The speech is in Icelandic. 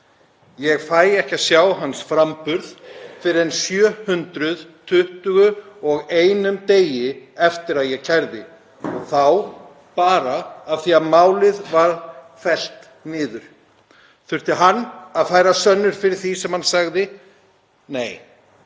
Ég fæ ekki að sjá hans framburð fyrr en 721 degi eftir að ég kærði, og þá bara af því að málið var fellt niður. Þurfti hann að færa sönnur fyrir því sem hann sagði? Nei.